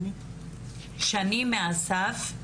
שני מ"א.ס.ף".